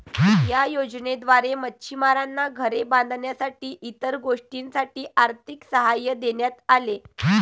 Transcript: या योजनेद्वारे मच्छिमारांना घरे बांधण्यासाठी इतर गोष्टींसाठी आर्थिक सहाय्य देण्यात आले